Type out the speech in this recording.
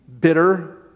bitter